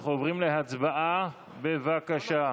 אנחנו עוברים להצבעה, בבקשה,